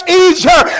easier